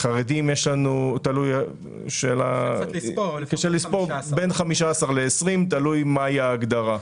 מהמגזר החרדי, בין 15 ל-20, תלוי מה ההגדרה.